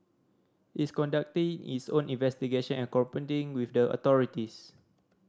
it's conducting its own investigation and cooperating with the authorities